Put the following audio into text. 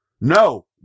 No